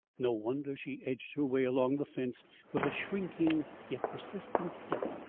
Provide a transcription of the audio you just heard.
no wonder she edged her way along the fence with a shrinking, yet persistent, step.